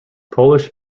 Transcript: polish